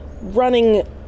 running